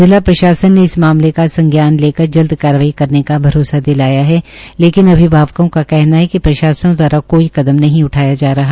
जिला प्रशासन ने इस मामले का संज्ञान लेकर जल्द कार्रवाईकरने का भरोसा दिलाया लेकिन अभिभावकों का कहना है कि प्रशासन दवारा कोई कदम नहीं उठाया जा रहा